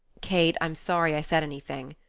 kate, i'm sorry i said anything,